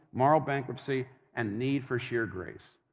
moral bankruptcy, and need for sheer grace.